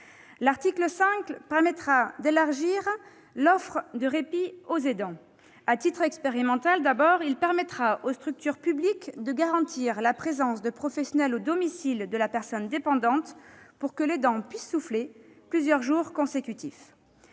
L'article 5 permettra d'élargir l'offre de répit aux aidants. À titre expérimental d'abord, il permettra aux structures publiques de garantir la présence de professionnels au domicile de la personne dépendante, pour que l'aidant puisse souffler plusieurs jours consécutifs.